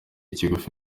kigufi